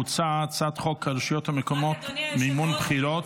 הצעת חוק הרשויות המקומיות (מימון בחירות)